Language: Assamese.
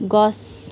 গছ